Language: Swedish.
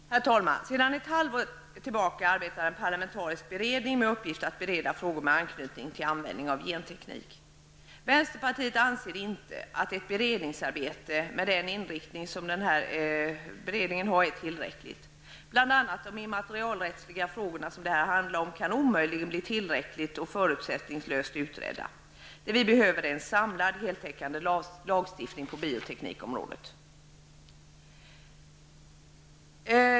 Herr talman! Sedan ett halvår tillbaka arbetar en parlamentarisk beredning med att bereda frågor med anknytning till användning av genteknik. Vänsterpartiet anser inte att ett beredningsarbete med denna inriktning är tillräckligt. Bl.a. kan de immaterialrättsliga frågor som det här handlar om omöjligen bli tillräckligt och förutsättningslöst utredda. Vi behöver en samlad, heltäckande lagstiftning på bioteknikområdet.